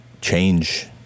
change